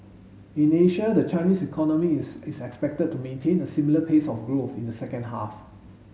in Asia the Chinese economy is expected to maintain a similar pace of growth in the second half